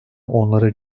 onları